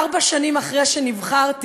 ארבע שנים אחרי שנבחרתי,